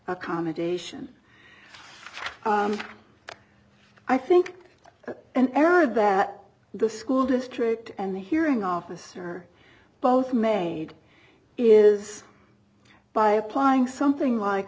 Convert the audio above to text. accommodation i think an error that the school district and hearing officer both made is by applying something like